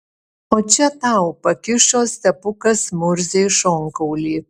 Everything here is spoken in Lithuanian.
o čia tau pakišo stepukas murzei šonkaulį